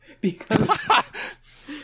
because-